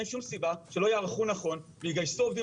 אז אין שום סיבה שלא ייערכו נכון ויגייסו עובדים